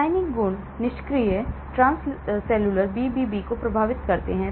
रासायनिक गुण निष्क्रिय ट्रांससेलुलर BBB को प्रभावित करते हैं